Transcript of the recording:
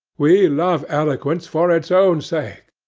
we love eloquence for its own sake,